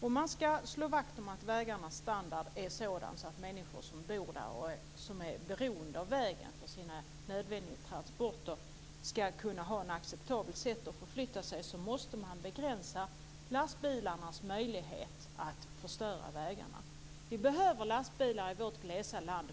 Om man ska slå vakt om att vägarnas standard är sådan att människor som är beroende av vägen för sina nödvändiga transporter ska kunna ha ett acceptabelt sätt att förflytta sig, måste man begränsa lastbilarnas möjlighet att förstöra vägarna. Vi behöver lastbilar i vårt glesa land.